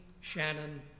Shannon